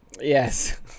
Yes